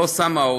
לא אוסאמה,